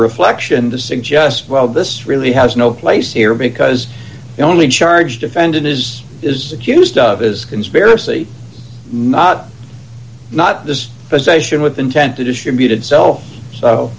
reflection to suggest well this really has no place here because the only charge defendant is is accused of is conspiracy not not this possession with intent to distribute